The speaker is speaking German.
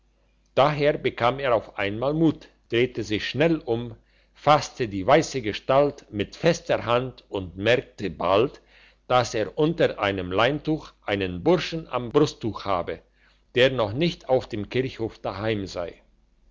daher bekam er auf einmal mut drehte sich schnell um fasste die weisse gestalt mit fester hand und merkte bald dass er unter einem leintuch einen burschen am brusttuch habe der noch nicht auf dem kirchhof daheim sei